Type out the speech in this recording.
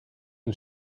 and